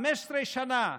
15 שנה?